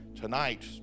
Tonight